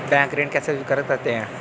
Bank ऋण कैसे स्वीकृत करते हैं?